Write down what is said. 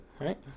right